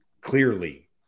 clearly